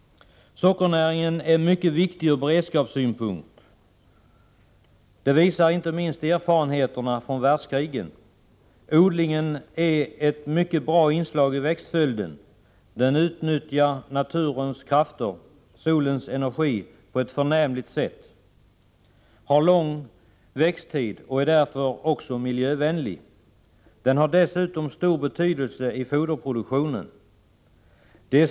Sockernäringen är mycket viktig från beredskapssynpunkt. Det visar inte minst erfarenheterna av världskrigen. Odlingen är ett mycket bra inslag i växtföljden. Den utnyttjar naturens krafter, solens energi, på ett förnämligt sätt. Växttiden är lång varför odlingen också är miljövänlig. Dessutom har odlingen stor betydelse för foderproduktionen.